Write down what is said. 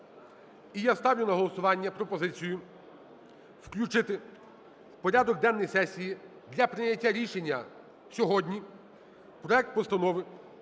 я ставлю на голосування пропозицію включити в порядок денний сесії для прийняття рішення сьогодні проект Постанови